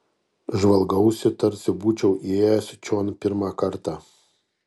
žvalgausi tarsi būčiau įėjęs čion pirmą kartą